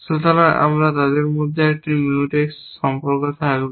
সুতরাং আপনার তাদের মধ্যে একটি Mutex সম্পর্ক থাকবে